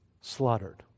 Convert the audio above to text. slaughtered